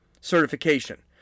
certification